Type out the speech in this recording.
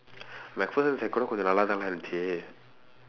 Macpherson sec கூட கொஞ்சம் நல்லா தான் இருந்துச்சு:konjsam nallaa thaan irundthuchsu